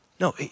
No